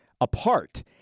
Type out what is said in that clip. apart –